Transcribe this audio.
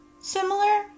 similar